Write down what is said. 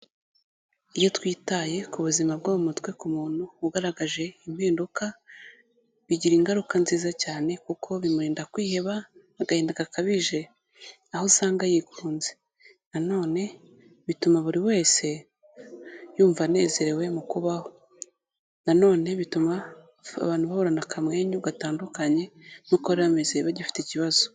Iyo twitaye ku buzima bwo mu mutwe ku muntu ugaragaje impinduka bigira ingaruka nziza cyane kuko bimurinda kwiheba n'agahinda gakabije aho usanga yikunze, nanone bituma buri wese yumva anezerewe mu kubaho, nanone bituma abantu bahorana akamwenyu gatandukanye n'uko bari bameze bagifite ikibazo.